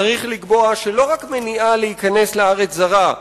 צריך לקבוע שלא רק מניעה להיכנס לארץ זרה,